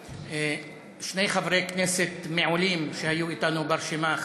ששני חברי כנסת מעולים שהיו איתנו ברשימה,